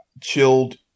chilled